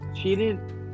Cheated